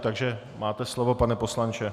Takže máte slovo, pane poslanče.